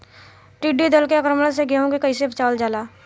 टिडी दल के आक्रमण से गेहूँ के कइसे बचावल जाला?